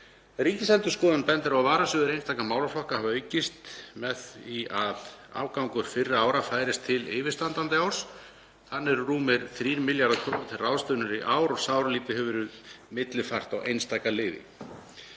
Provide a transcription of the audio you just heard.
Ríkisendurskoðun bendir á að varasjóðir einstakra málaflokka hafi aukist með því að afgangur fyrri ára færist til yfirstandandi árs. Þannig eru rúmir 3 milljarðar kr. til ráðstöfunar í ár og sáralítið hefur verið millifært á einstaka liði.